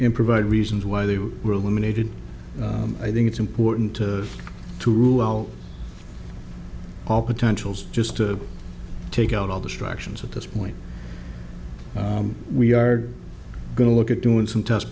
him provide reasons why they were ruminated i think it's important to rule out all potentials just to take out all distractions at this point we are going to look at doing some test